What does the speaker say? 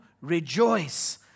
rejoice